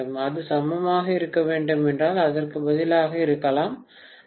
அது சமமாக இருக்க வேண்டும் என்றால் அதற்கு பதிலாக இருக்கலாம் 0